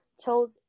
chose